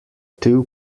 two